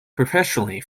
professionally